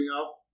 up